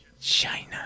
China